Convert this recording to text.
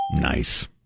Nice